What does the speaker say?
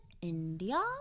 India